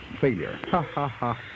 failure